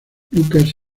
lucas